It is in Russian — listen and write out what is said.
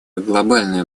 глобальная